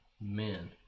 men